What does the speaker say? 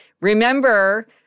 Remember